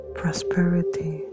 prosperity